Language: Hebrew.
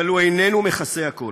אבל הוא איננו מכסה הכול.